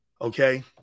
Okay